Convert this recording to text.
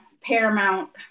Paramount